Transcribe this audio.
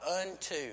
unto